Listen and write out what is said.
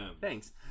Thanks